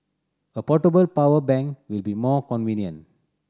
a portable power bank will be more convenient